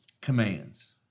commands